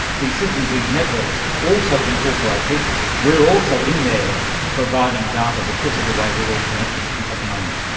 these systems, these networks also incorporate people, we're also in there providing data because of the way we're all connected at the moment.